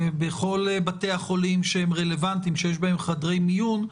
בכל בתי החולים שרלוונטיים שיש בהם חדרי מיון,